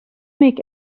make